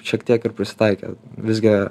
šiek tiek ir prisitaikė visgi